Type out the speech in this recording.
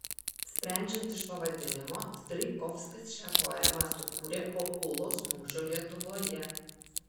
sprendžiant iš pavadinimo strijkovskis šią poemą sukūrė po ulos mūšio lietuvoje